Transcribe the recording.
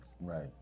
Right